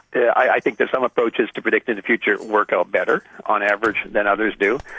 yeah i think that some approaches to predicting the future work out better on average than others do.